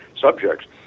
subjects